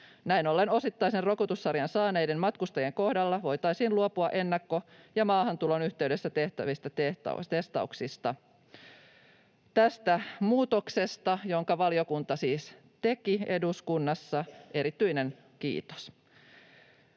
Näin ollen osittaisen rokotussarjan saaneiden matkustajien kohdalla voitaisiin luopua ennakkoon ja maahantulon yhteydessä tehtävistä testauksista. Tästä muutoksesta, jonka valiokunta siis teki eduskunnassa, erityinen kiitos.